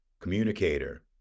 communicator